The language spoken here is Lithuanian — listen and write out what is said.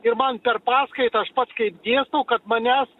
ir man per paskaitą aš pats kai dėstau kad manęs